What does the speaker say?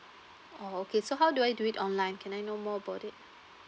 oh okay so how do I do it online can I know more about it